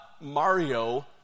Mario